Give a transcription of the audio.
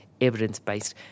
evidence-based